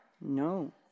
No